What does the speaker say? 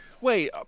Wait